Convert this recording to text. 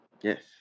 Yes